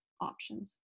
options